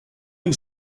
and